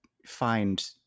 find